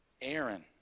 Aaron